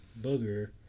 booger